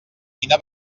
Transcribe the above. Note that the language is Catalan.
quina